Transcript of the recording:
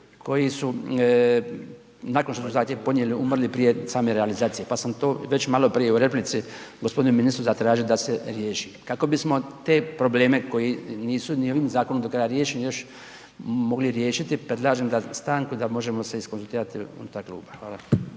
koji su nakon što su zahtjev podnijeli umrli prije same realizacije, pa sam to već malo prije u replici gospodinu ministru zatražio da se riješi. Kako bismo te problem koji nisu nijednim zakonom do kraja riješiti mogli riješiti, predlažem stanku da se možemo konzultirati unutar kluba. Hvala.